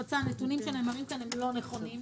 שהנתונים שנאמרו כאן על מערכת ההפצה לא נכונים.